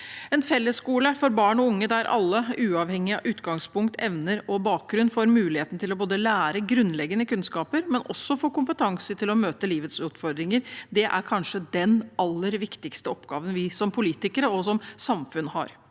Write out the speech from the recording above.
En fellesskole for barn og unge der alle, uavhengig av utgangspunkt, evner og bakgrunn, får muligheten til å få både grunnleggende kunnskaper og også kompetanse til å møte livets utfordringer, er kanskje den aller viktigste oppgaven vi som politikere og vi som samfunn har.